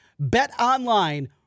Betonline